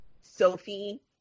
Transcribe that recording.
Sophie